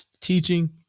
teaching